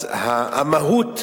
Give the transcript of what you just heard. המהות,